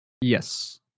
Yes